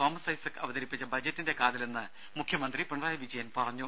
Thomas Isaac അവതരിപ്പിച്ച ബജറ്റിന്റെ കാതലെന്ന് മുഖ്യമന്ത്രി പിണറായി വിജയൻ പറഞ്ഞു